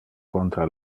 contra